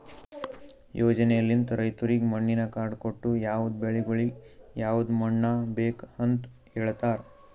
ಯೋಜನೆಲಿಂತ್ ರೈತುರಿಗ್ ಮಣ್ಣಿನ ಕಾರ್ಡ್ ಕೊಟ್ಟು ಯವದ್ ಬೆಳಿಗೊಳಿಗ್ ಯವದ್ ಮಣ್ಣ ಬೇಕ್ ಅಂತ್ ಹೇಳತಾರ್